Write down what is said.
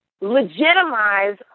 legitimize